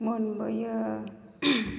मोनबोयो